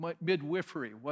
midwifery